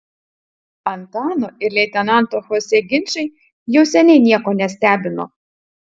antano ir leitenanto chose ginčai jau seniai nieko nestebino